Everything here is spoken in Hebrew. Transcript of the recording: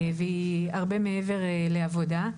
והיא הרבה מעבר לעבודה.